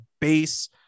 base